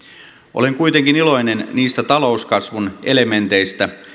olen kuitenkin iloinen niistä talouskasvun elementeistä